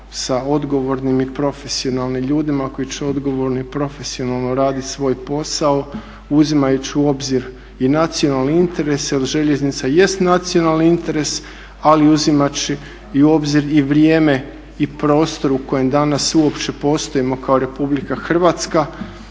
sa odgovornim i profesionalnim ljudima koji će odgovorno i profesionalno radit svoj posao uzimajući u obzir i nacionalne interese jer željeznica jest nacionalni interes, ali uzimajući u obzir i vrijeme i prostor u kojem danas uopće postojimo kao Republika Hrvatska